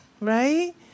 right